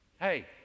hey